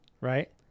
Right